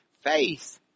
Faith